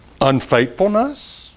unfaithfulness